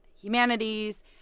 Humanities